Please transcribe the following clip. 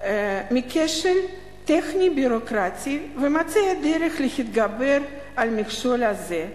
מכשל טכני-ביורוקרטי ומציעה דרך להתגבר על מכשול זה,